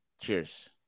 Cheers